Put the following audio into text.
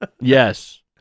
yes